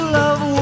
love